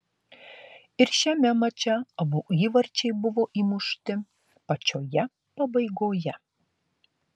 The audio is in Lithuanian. ir šiame mače abu įvarčiai buvo įmušti pačioje pabaigoje